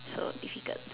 so difficult